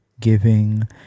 giving